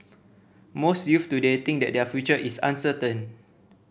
most youths today think that their future is uncertain